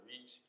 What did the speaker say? reach